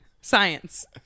science